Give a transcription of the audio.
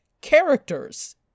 characters